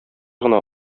гына